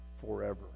forever